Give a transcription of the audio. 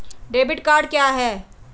Debit card क्या है?